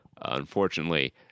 Unfortunately